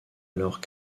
alors